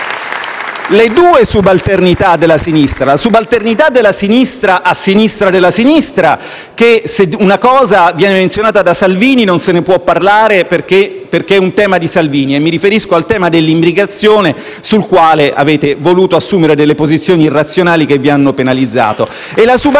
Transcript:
le due subalternità della sinistra: quella della sinistra a sinistra della sinistra, per cui, se una cosa viene menzionata da Salvini, non se ne può parlare perché è un tema di Salvini. E mi riferisco al tema della immigrazione, su cui avete voluto assumere delle posizioni irrazionali che vi hanno penalizzato.